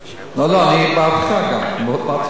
אני בעדך גם, ועוד מעט תשמע.